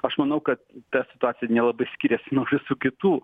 aš manau kad ta situacija nelabai skyrėsi nuo visų kitų